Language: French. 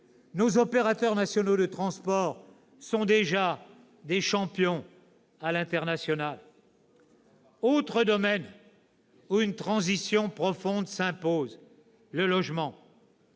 Nos opérateurs nationaux de transport sont déjà des champions à l'international. « Autre domaine où une transition profonde s'impose : le logement.